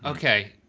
okay,